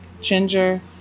ginger